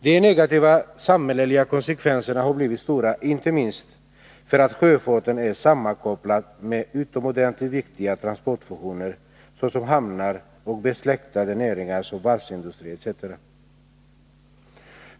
De negativa samhälleliga konsekvenserna har blivit stora, inte minst därför att sjöfarten är sammankopplad med utomordentligt viktiga transportfunktioner, såsom hamnar och besläktade näringar som varvsindustri etc.